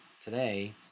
today